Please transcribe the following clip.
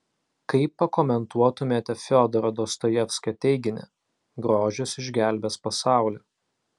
kaip pakomentuotumėte fiodoro dostojevskio teiginį grožis išgelbės pasaulį